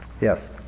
Yes